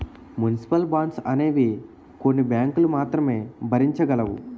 municipal bonds అనేవి కొన్ని బ్యాంకులు మాత్రమే భరించగలవు